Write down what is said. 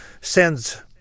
sends